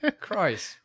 Christ